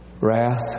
wrath